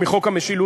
מחוק המשילות,